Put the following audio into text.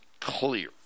clear